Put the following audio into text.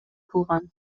кылган